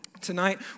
tonight